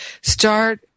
Start